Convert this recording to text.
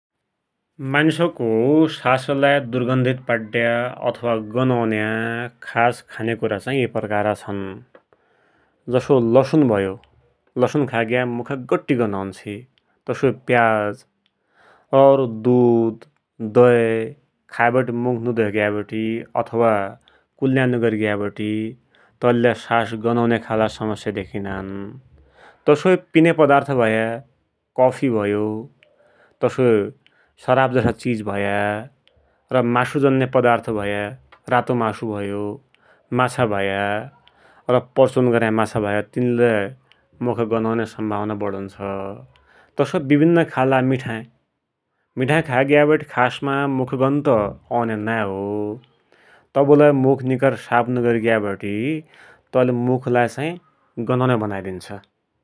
मान्सको सासलाई दुर्गन्धित पाड्या अथवा गन औन्या खास खन्याकुरा ये प्रकार छन्। जस्तो लसुन भयो, लसुन खाइगया मुख नट्टी गन औन्छि, तसोइ प्याज, और दुध, दै, खाइवटे मुख नधोइग्यावटी अथवा कुल्या नगर्याबती तैले लै सास गनुन्या खालका समस्या धेकिनान। तसोइ पिन्या पदार्थ भया, कफि भयो, तसोइ सराव जसा चिज भया, र मासुजन्य पदार्थ भयो, रातो मासु भयो, माछा भया र पर्चुन गन्य माछा भाया तिनले मुख गनुन्या सम्भावना बडुन्छ, तसोइ विभिन्न खालका मिठाइ, मिठाइ खाइ ग्या बाटे खासमा मुख गन त औन्या नाइ हो, तबलै मुख निकरी साप नगरि ग्यावटि तैले मुखलाई चाई गन औन्या बनाइदिन्छ ।